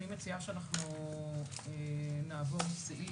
אני מציעה שנעבור סעיף,